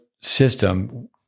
system